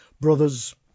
brothers